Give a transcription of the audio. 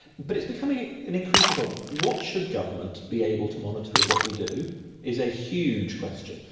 but it's becoming an increasing problem. what should government be able to monitor of what we do is a huge question.